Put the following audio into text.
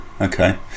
Okay